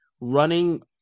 running